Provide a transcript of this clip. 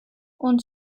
und